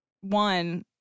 one